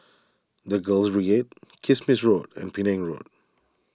the Girls Kismis Road and Penang Road